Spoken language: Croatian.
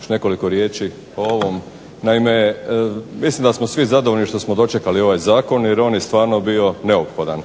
još nekoliko riječi o ovom. Naime, mislim da smo svi zadovoljni što smo dočekali ovaj zakon jer on je stvarno bio neophodan.